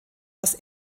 das